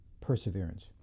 perseverance